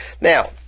Now